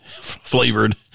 flavored